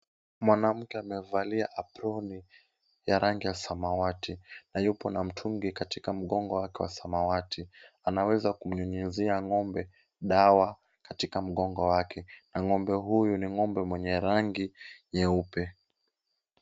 Mwanamke amevalia aproni ya rangi ya samawati na yupo na mtungi katika mgongo wake wa samawati. Anaweza kumnyunyizia ng'ombe dawa katika mgongo wake na ng'ombe huyu ni ng''ombe mwenye rangi nyeupe.